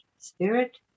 Spirit